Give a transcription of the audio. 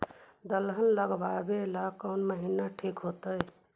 दलहन लगाबेला कौन महिना ठिक होतइ?